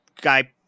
guy